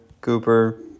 Cooper